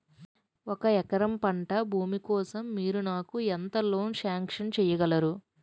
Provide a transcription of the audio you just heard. ఒక ఎకరం పంట భూమి కోసం మీరు నాకు ఎంత లోన్ సాంక్షన్ చేయగలరు?